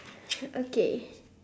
okay